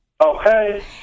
okay